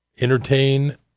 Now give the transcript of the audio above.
entertain